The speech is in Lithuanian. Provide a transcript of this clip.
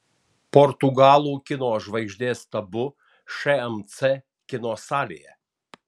portugalų kino žvaigždės tabu šmc kino salėje